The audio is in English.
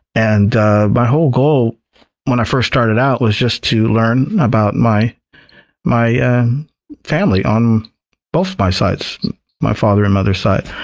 and my whole goal when i first started out was just to learn about my my family on both my father my father and mother's sides.